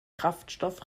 kraftstoff